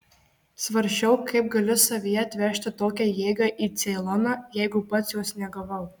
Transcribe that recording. svarsčiau kaip galiu savyje atvežti tokią jėgą į ceiloną jeigu pats jos negavau